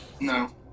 no